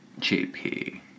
JP